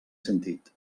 sentit